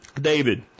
David